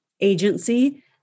agency